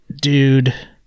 dude